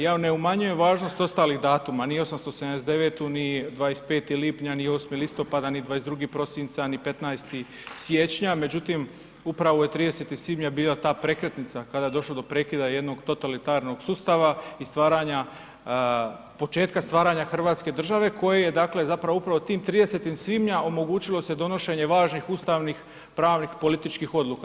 Ja ne umanjujem važnost ostalih datuma, ni 879., ni 25. lipanja, ni 8. listopada, ni 22. prosinca, ni 15. siječnja, međutim upravo je 30. svibnja bio ta prekretnica kada je došlo do prekida jednog totalitarnog sustava i stvaranja, početka stvaranja Hrvatske države koja je dakle zapravo upravo tim 30. svibnja omogućilo se donošenje važnih ustavnih, pravnih, političkih odluka.